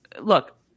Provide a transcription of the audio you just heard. look